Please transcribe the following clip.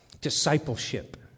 discipleship